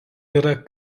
yra